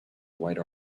white